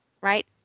Right